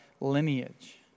lineage